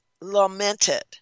lamented